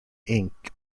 ink